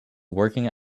working